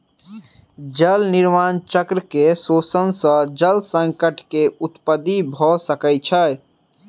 जल निर्माण चक्र के शोषण सॅ जल संकट के उत्पत्ति भ सकै छै